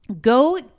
Go